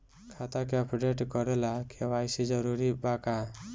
खाता के अपडेट करे ला के.वाइ.सी जरूरी बा का?